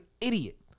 idiot